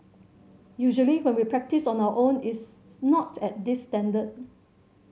usually when we practise on our own it's not at this standard